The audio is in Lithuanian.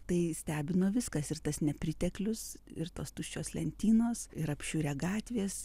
tai stebino viskas ir tas nepriteklius ir tos tuščios lentynos ir apšiurę gatvės